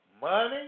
Money